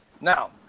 Now